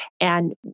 And-